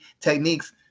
techniques